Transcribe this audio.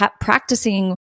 practicing